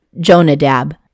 Jonadab